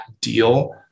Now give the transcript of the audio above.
deal